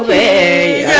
a